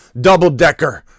double-decker